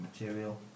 material